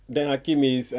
then hakim is